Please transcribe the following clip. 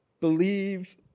Believe